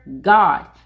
God